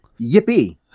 yippee